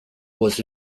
was